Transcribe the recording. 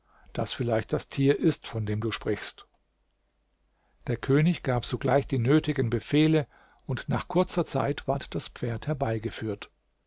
das vielleicht das tier ist von dem du sprichst der könig gab sogleich die nötigen befehle und nach kurzer zeit ward das pferd herbeigeführt